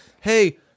hey